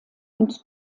und